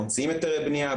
מוציאים היתרי בנייה,